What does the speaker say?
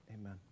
amen